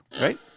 right